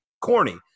corny